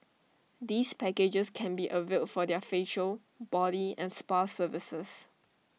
these packages can be availed for their facial body and spa services